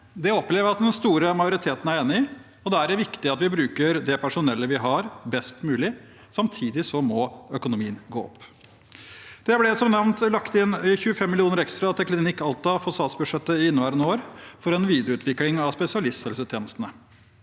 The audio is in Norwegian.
Det opplever jeg at den store majoriteten er enig i. Da er det viktig at vi bruker det personellet vi har, best mulig. Samtidig må økonomien gå opp. Det ble, som nevnt, lagt inn 25 mill. kr ekstra til Klinikk Alta i statsbudsjettet for inneværende år, for en videreutvikling av spesialisthelsetjenestene.